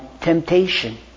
temptation